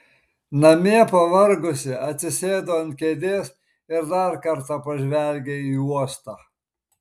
namie pavargusi atsisėdo ant kėdės ir dar kartą pažvelgė į uostą